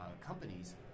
companies